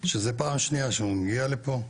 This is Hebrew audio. שזה פעם שנייה שהוא מגיע לפה,